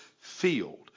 Field